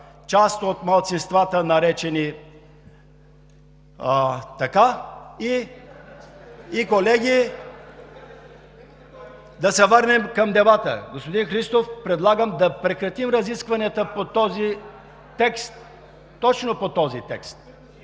част от малцинствата, наречени така. (Оживление.) Колеги, да се върнем към дебата. Господин Христов, предлагам да прекратим разискванията точно по този текст